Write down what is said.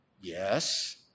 Yes